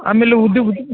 ಆಮೇಲೆ